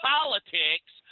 Politics